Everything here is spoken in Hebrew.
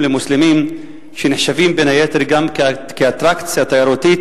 למוסלמים שנחשבים בין היתר גם לאטרקציה תיירותית,